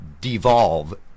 devolve